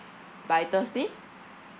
by thursday